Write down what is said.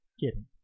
Kidding